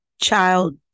child